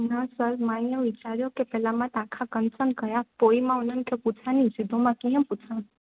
न सर मां इयो वीचारियो की पहिरियों मां तव्हांखा कंसर्न कयां पोइ मां हुननि खे पुछियां ईअं सिधो मां कीअं पुछियां